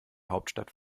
hauptstadt